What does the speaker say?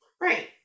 right